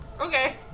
Okay